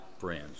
friends